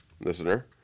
listener